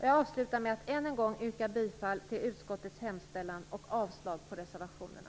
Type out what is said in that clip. Jag avslutar med att än en gång yrka bifall till utskottets hemställan och avslag på reservationerna.